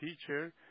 teacher